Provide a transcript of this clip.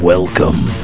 Welcome